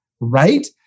Right